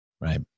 Right